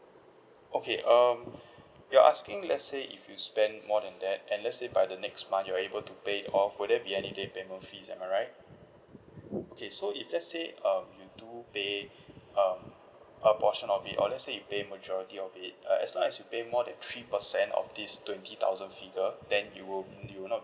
okay um you're asking let's say if you spend more than that and let's say by the next month you're able to pay off will there be any late payment fees am I right okay so if let's say um you do pay um a portion of it or let's say you pay majority of it uh as long as you pay more than three percent of this twenty thousand figure then you will you will not